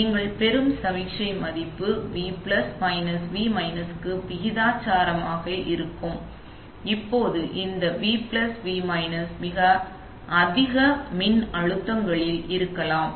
நீங்கள் பெறும் சமிக்ஞை மதிப்பு வி பிளஸ் மைனஸ் வி மைனஸுக்கு விகிதாசாரமாக இருக்கும் இப்போது இந்த வி பிளஸ் வி மைனஸ் மிக அதிக மின்னழுத்தங்களில் இருக்கலாம்